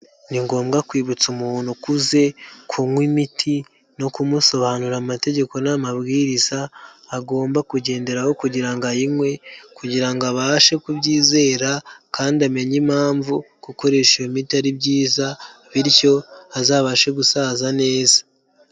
Ni ngombwa kwibutsa umuntu ukuze, kunywa imiti no kumusobanurira amategeko n'amabwiriza, agomba kugenderaho kugira ngo ayinywe kugira ngo abashe kubyizera kandi amenye impamvu gukoresha iyo miti ari byiza bityo azabashe gusaza neza.